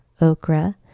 okra